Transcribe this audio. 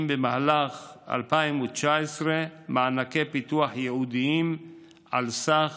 במהלך 2019 מענקי פיתוח ייעודיים על סך